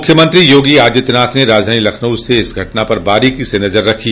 मुख्यमंत्री योगी आदित्यनाथ ने राजधानी लखनऊ से इस घटना पर बारीकी से नजर रखी